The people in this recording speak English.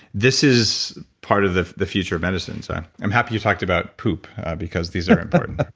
this is part of the the future of medicine, so i'm happy you talked about poop because these are important